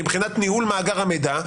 מבחינת ניהול מאגר המידע,